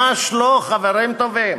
ממש לא, חברים טובים.